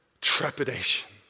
trepidation